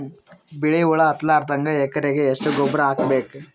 ಬಿಳಿ ಹುಳ ಹತ್ತಲಾರದಂಗ ಎಕರೆಗೆ ಎಷ್ಟು ಗೊಬ್ಬರ ಹಾಕ್ ಬೇಕು?